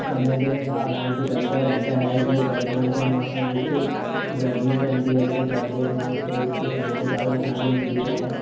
ਸਮੇਂ ਦੇ ਹਿਸਾਬ ਨਾਲ ਬਦਲਦਾ ਰਹਿੰਦਾ ਹੈ ਜੇ ਗਰਮੀਆਂ ਦੇ ਮੌਸਮ ਵਿੱਚ ਗਰਮੀ ਪੈਂਦੀ ਹੈ ਅਤੇ ਸਰਦੀਆਂ ਦੇ ਮੌਸਮ ਵਿੱਚ ਬਹੁਤ ਜ਼ਿਆਦਾ ਠੰਡ ਹੁੰਦੀ ਹੈ